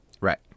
Right